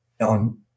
on